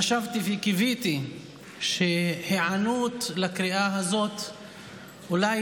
חשבתי וקיוויתי שהיענות לקריאה הזאת אולי